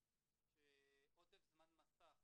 שעודף זמן מסך